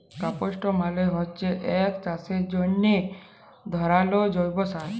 compost মালে হচ্যে এক চাষের জন্হে ধরলের জৈব সার